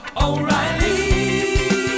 O'Reilly